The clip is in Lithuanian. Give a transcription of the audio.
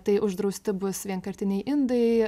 tai uždrausti bus vienkartiniai indai